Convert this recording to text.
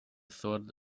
sword